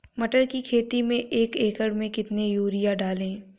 मटर की खेती में एक एकड़ में कितनी यूरिया डालें?